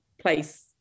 place